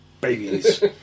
babies